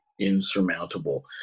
insurmountable